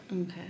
Okay